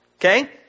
Okay